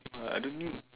no ah I don't think